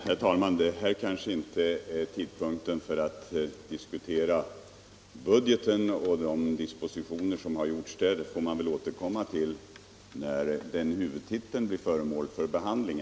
Herr talman! Det här kanske inte är rätta tidpunkten att diskutera de dispositioner som gjorts i budgetpropositionen. Dem får vi väl återkomma till när huvudtiteln blir föremål för behandling.